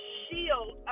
shield